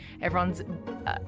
everyone's